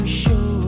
show